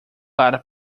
para